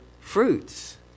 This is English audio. fruits